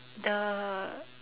the